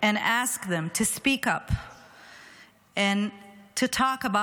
and ask them to speak up and to talk about